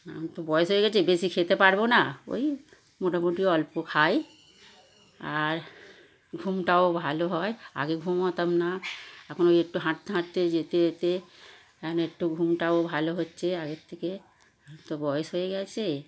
এখন তো বয়স হয়ে গিয়েছে বেশি খেতে পারব না ওই মোটামুটি অল্প খাই আর ঘুমটাও ভালো হয় আগে ঘুমোতাম না এখন ওই একটু হাঁটতে হাঁটতে যেতে যেতে এখন একটু ঘুমটাও ভালো হচ্ছে আগের থেকে এখন তো বয়স হয়ে গিয়েছে